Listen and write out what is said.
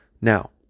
Now